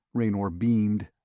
raynor beamed.